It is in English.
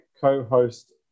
co-host